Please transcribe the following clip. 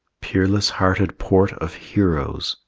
peerless-hearted port of heroes,